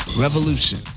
revolution